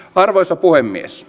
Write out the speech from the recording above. arvoisa puhemies